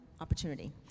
opportunity